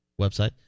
website